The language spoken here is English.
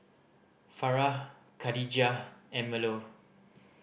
Farah Khadija and Melur